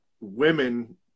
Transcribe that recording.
women